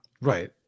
Right